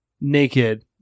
naked